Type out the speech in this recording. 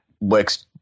work's